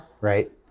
right